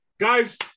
Guys